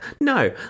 no